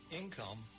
income